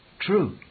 True